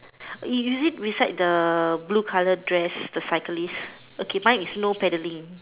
is is it beside the blue colour dress the cyclist okay mine is no paddling